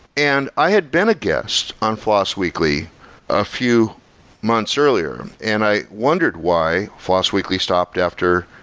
and i had been a guest on floss weekly a few months earlier, and i wondered why floss weekly stopped after,